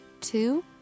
two